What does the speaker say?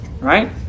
Right